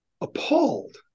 appalled